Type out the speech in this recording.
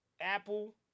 Apple